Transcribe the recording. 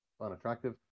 unattractive